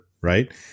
right